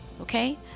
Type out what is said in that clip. okay